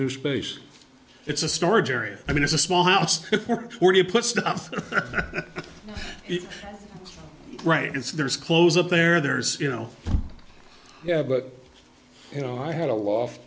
new space it's a storage area i mean it's a small house where you put stuff right because there's close up there there's you know yeah but you know i had a loft